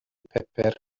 pupur